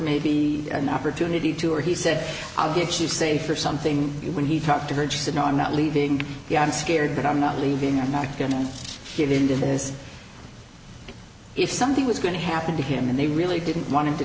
the opportunity to or he said i'll get you safe or something when he talked to her and she said no i'm not leaving the i'm scared i'm not leaving i'm not going to get into this if something was going to happen to him and they really didn't want him to